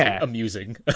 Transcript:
amusing